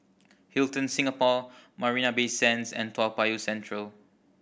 Hilton Singapore Marina Bay Sands and Toa Payoh Central